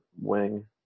wing